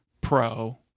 Pro